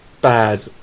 bad